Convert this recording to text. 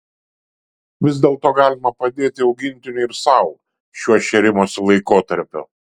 vis dėlto galima padėti augintiniui ir sau šiuo šėrimosi laikotarpiu